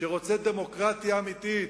שרוצה דמוקרטיה אמיתית.